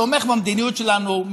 תומך במדיניות שלנו,